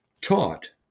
taught